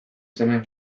seme